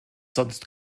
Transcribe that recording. sonst